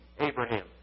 Abraham